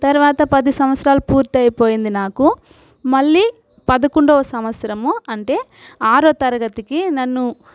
తరువాత పది సంవత్సరాలు పూర్తయిపోయింది నాకు మళ్ళీ పదకొండో సంవత్సరము అంటే ఆరో తరగతికి నన్ను